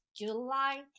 July